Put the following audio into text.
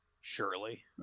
Surely